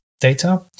data